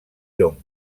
llong